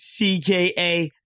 CKA